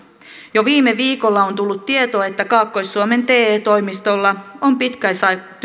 jo viime viikolla on tullut tieto että kaakkois suomen te toimistolla on